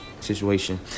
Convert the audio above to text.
situation